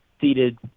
seated